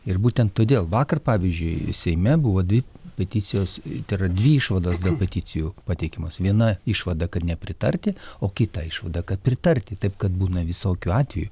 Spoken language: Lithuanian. ir būtent todėl vakar pavyzdžiui seime buvo dvi peticijos tai yra dvi išvados dėl peticijų pateikiamos viena išvada kad nepritarti o kita išvada kad pritarti taip kad būna visokių atvejų